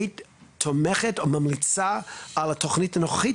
היית תומכת או ממליצה על התוכנית הנוכחית,